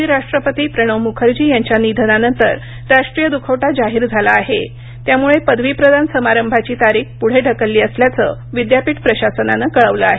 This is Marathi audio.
माजी राष्ट्रपती प्रणव मुखर्जी यांच्या निधनानंतर राष्ट्रीय दुखवटा जाहीर झाला आहे त्यामुळे पदवी प्रदान समारंभाची तारीख पुढे ढकलली असल्याचं विद्यापीठ प्रशासनान कळवलं आहे